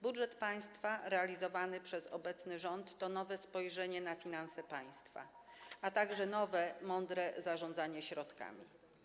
Budżet państwa realizowany przez obecny rząd to nowe spojrzenie na finanse państwa, a także nowe i mądre zarządzanie środkami.